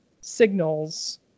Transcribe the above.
signals